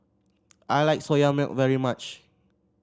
I like Soya Milk very much